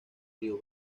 río